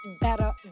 better